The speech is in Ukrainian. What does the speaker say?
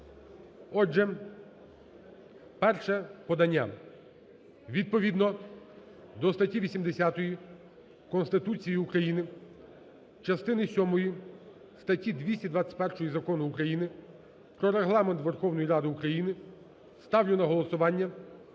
Отже, перше подання. Відповідно до статті 80 Конституції України, частини сьомої статті 221 Закону України "Про Регламент Верховної Ради України" ставлю на голосування